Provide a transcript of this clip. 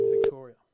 Victoria